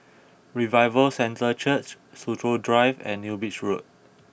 Revival Centre Church Soo Chow Drive and New Bridge Road